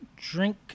Drink